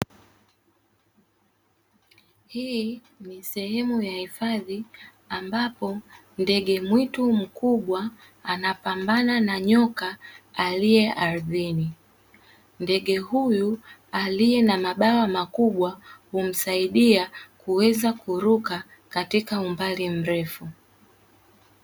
Hii ni sehemu ya hifadhi ambapo ndege mwitu mkubwa anapambana na nyoka aliye ardhini, ndege huyu aliye na mabawa makubwa humsaidia kuweza kuruka katika umbali mrefu.